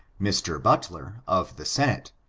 mr. butler, of the senate,